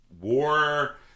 war